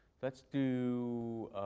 let's do